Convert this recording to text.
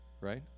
right